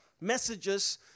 messages